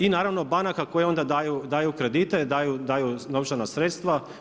I naravno banaka koje onda daju kredite, daju novčana sredstva.